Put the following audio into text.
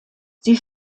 sie